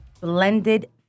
blended